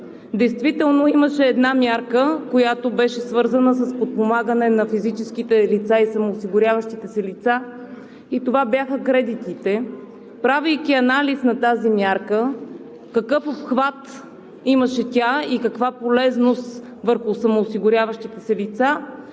Действително имаше една мярка, която беше свързана с подпомагане на физическите и самоосигуряващите се лица, и това бяха кредитите. Правейки анализ на тази мярка – какъв обхват имаше тя и каква полезност върху самоосигуряващите се лица,